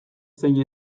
zein